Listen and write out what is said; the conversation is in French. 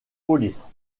police